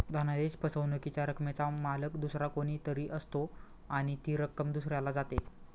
धनादेश फसवणुकीच्या रकमेचा मालक दुसरा कोणी तरी असतो आणि ती रक्कम दुसऱ्याला जाते